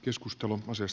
keskustelu moses